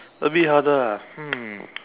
a bit harder lah hmm